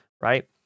right